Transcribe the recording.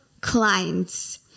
clients